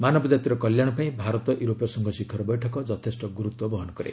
ମାନବ ଜାତିର କଲ୍ୟାଣ ପାଇଁ ଭାରତ ୟୁରୋପୀୟ ସଂଘ ଶିଖର ବୈଠକ ଯଥେଷ୍ଟ ଗୁରୁତ୍ୱ ବହନ କରେ